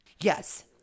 Yes